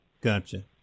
Gotcha